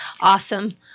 Awesome